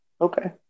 Okay